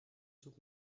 zug